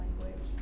language